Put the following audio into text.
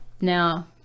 Now